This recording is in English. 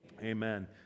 amen